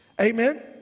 Amen